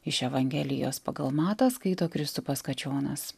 iš evangelijos pagal matą skaito kristupas kačionas